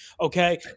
Okay